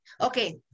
okay